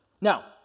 Now